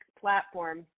platform